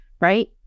right